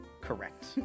correct